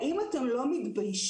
האם אתם לא מתביישים,